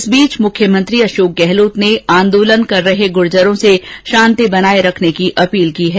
इस बीच मुख्यमंत्री अशोक गहलोत ने आंदोलन कर रहे गुर्जरों से शांति बनाए रखने की अपील की है